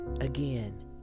Again